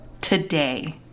today